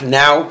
now